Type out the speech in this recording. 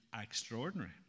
extraordinary